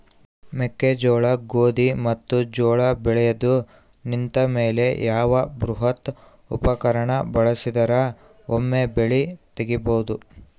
ಮೆಕ್ಕೆಜೋಳ, ಗೋಧಿ ಮತ್ತು ಜೋಳ ಬೆಳೆದು ನಿಂತ ಮೇಲೆ ಯಾವ ಬೃಹತ್ ಉಪಕರಣ ಬಳಸಿದರ ವೊಮೆ ಬೆಳಿ ತಗಿಬಹುದು?